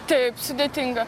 taip sudėtinga